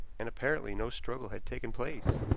and apparently no struggle had taken place.